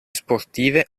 sportive